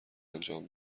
انجام